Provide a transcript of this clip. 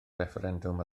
refferendwm